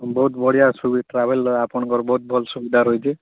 ବହୁତ୍ ବଢ଼ିଆ ଅଛୁ ବି ଟ୍ରାଭେଲ୍ର ଆପଣଙ୍କର ଭଲ୍ ଭଲ୍ ସୁବିଧା ରହିଛି